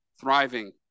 thriving